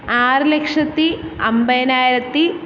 ആറ് ലക്ഷത്തി അമ്പതിനായിരത്തി